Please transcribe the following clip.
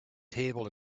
table